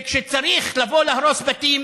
אבל במקביל, כשצריך לבוא להרוס בתים,